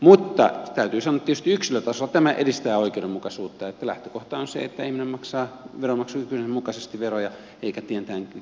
mutta täytyy sanoa että tietysti yksilötasolla tämä edistää oikeudenmukaisuutta että lähtökohta on se että ihminen maksaa veromaksukykynsä mukaisesti veroja eikä